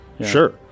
sure